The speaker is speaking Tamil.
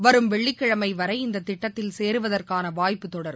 வரும் வெள்ளிக்கிழமைவரை இந்ததிட்டத்தில் சேருவதற்கானவாய்ப்பு தொடரும்